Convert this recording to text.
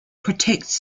protects